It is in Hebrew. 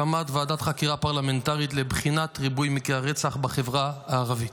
הקמת ועדת חקירה פרלמנטרית לבחינת ריבוי מקרי הרצח בחברה הערבית.